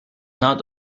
not